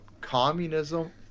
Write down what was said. Communism